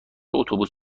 اتوبوس